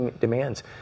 demands